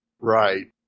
Right